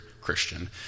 Christian